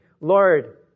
Lord